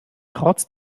trotz